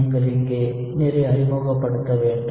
நீங்கள் இங்கே நீரை அறிமுகப்படுத்த வேண்டும்